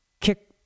kick